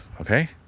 okay